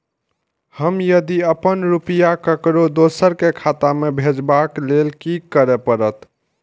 हम यदि अपन रुपया ककरो दोसर के खाता में भेजबाक लेल कि करै परत?